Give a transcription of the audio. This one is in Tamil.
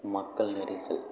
மக்கள் நெரிசு